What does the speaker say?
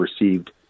received